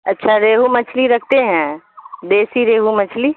اچھا ریہو مچھلی رکھتے ہیں دیسی ریہو مچھلی